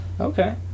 Okay